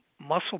muscle